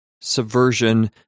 subversion